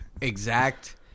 exact